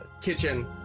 kitchen